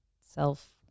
self